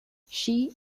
she